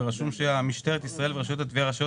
ורשום שמשטרת ישראל ורשות התביעה רשאיות